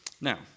Now